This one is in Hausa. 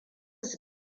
su